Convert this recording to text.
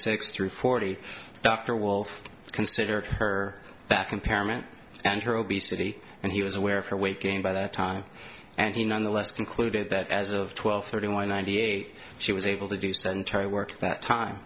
six through forty dr wolfe considered her back impairment and her obesity and he was aware of her weight gain by the time and he nonetheless concluded that as of twelve thirty one ninety eight she was able to do sedentary work that time